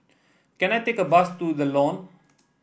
can I take a bus to The Lawn